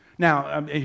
Now